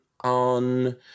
on